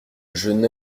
jeune